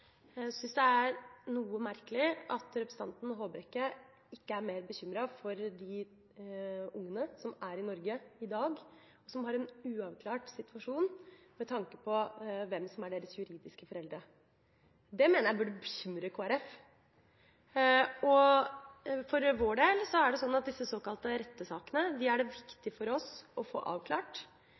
syns det er noe merkelig at representanten Håbrekke ikke er mer bekymret for de ungene som er i Norge i dag, og som har en uavklart situasjon med tanke på hvem som er deres juridiske foreldre. Det mener jeg burde bekymre Kristelig Folkeparti. For vår del er det viktig å få avklart de såkalte rettesakene. De menneskene dette angår, er